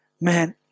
man